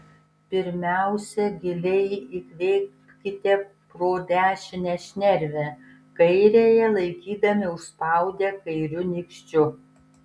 pirmiausia giliai įkvėpkite pro dešinę šnervę kairiąją laikydami užspaudę kairiu nykščiu